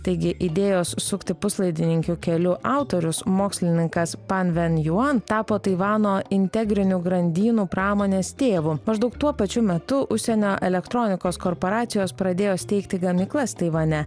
taigi idėjos sukti puslaidininkių keliu autorius mokslininkas panven juan tapo taivano integrinių grandynų pramonės tėvu maždaug tuo pačiu metu užsienio elektronikos korporacijos pradėjo steigti gamyklas taivane